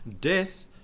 Death